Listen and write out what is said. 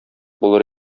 булыр